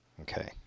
Okay